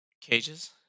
Cages